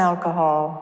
alcohol